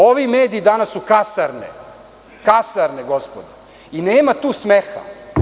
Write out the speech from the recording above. Ovi mediji danas su kasarne gospodo i nema tu smeha.